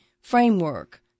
framework